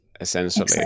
essentially